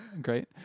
great